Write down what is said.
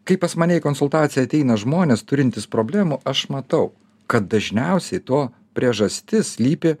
kai pas mane į konsultaciją ateina žmonės turintys problemų aš matau kad dažniausiai to priežastis slypi